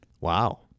Wow